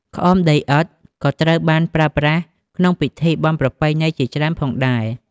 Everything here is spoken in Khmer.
ក្អមដីឥដ្ឋក៏ត្រូវបានប្រើប្រាស់ក្នុងពិធីបុណ្យប្រពៃណីជាច្រើនផងដែរ។